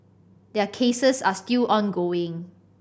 their cases are still ongoing